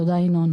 תודה, ינון.